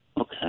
Okay